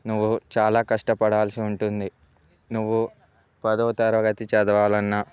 నువ్వు చాలా కష్టపడాల్సి ఉంటుంది నువ్వు పదో తరగతి చదవాలన్నా